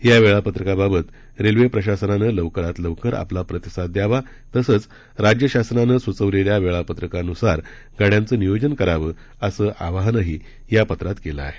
या वेळापत्रकाबाबत रेल्वे प्रशासनानं लवकरात लवकर आपला प्रतिसाद द्यावा तसंच राज्य शासनानं सुचविलेल्या वेळापत्रकानुसार गाड्यांचे नियोजन करावं असं आवाहनही या पत्रात केलं आहे